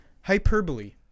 Hyperbole